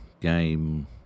game